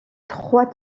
trois